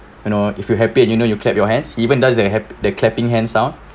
you know if you have happy and you know you clap your hands even does that hap~ the clapping hands out